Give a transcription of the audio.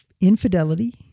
infidelity